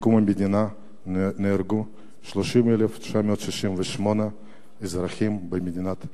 מקום המדינה נהרגו 30,968 אזרחים במדינת ישראל.